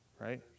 right